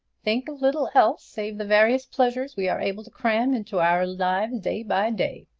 think of little else save the various pleasures we are able to cram into our lives day by day.